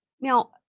Now